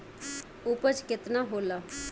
उपज केतना होला?